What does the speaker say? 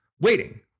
waiting